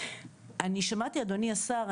אני שמעתי אדוני השר,